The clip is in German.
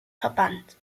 verbannt